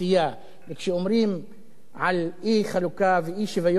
וכשאומרים אי-חלוקה ואי-שוויון בתקציבים,